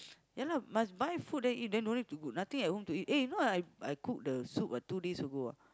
ya lah must buy food then eat then no need to good nothing at home to eat eh you know I I cook the soup ah two days ago ah